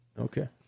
Okay